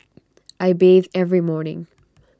I bathe every morning